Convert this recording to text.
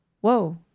Whoa